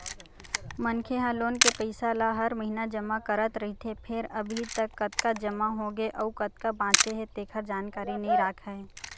मनखे ह लोन के पइसा ल हर महिना जमा करत रहिथे फेर अभी तक कतका जमा होगे अउ कतका बाचे हे तेखर जानकारी नइ राखय